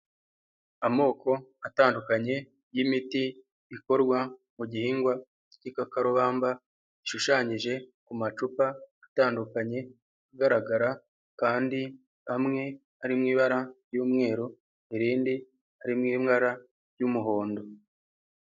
Amoko atandukanye y'imiti ikorwa mu gihingwa cy'ikakarubamba gishushanyije ku macupa atandukanye agaragara, kandi amwe ari mu ibara ry'umweru irindi harimo ibara ry'umuhondo.